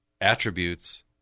attributes